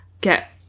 get